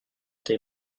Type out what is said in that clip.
tes